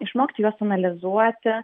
išmokti juos analizuoti